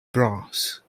brass